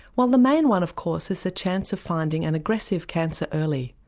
well the main one of course is the chance of finding an aggressive cancer early,